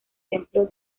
templo